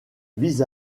vis